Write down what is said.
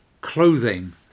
Clothing